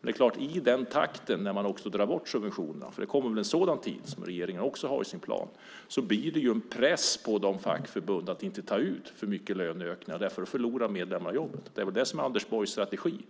Men i den takt som man drar bort subventionerna - det kommer väl en sådan tid som regeringen också har i sin plan - blir det en press på fackförbunden att inte ta ut för mycket löneökningar. Därför förlorar medlemmarna. Det är väl det som är Anders Borgs strategi.